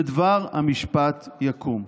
ודבר המשפט יקום.